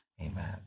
Amen